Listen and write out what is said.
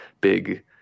big